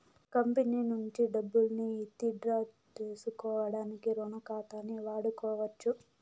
company నుంచి డబ్బుల్ని withdraw సేసుకోడానికి రుణ ఖాతాని వాడుకోవచ్చు